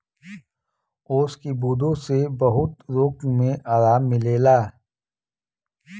ओस की बूँदो से बहुत रोग मे आराम मिलेला